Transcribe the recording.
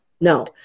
No